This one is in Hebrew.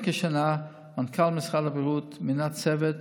לפני כשנה מנכ"ל משרד הבריאות מינה צוות